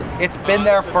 it's been there